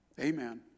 Amen